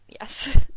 yes